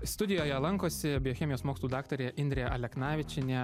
studijoje lankosi biochemijos mokslų daktarė indrė aleknavičienė